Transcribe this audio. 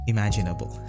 Imaginable